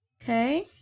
Okay